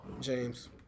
James